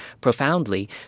profoundly